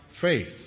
faith